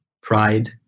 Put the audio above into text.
pride